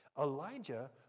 Elijah